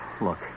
Look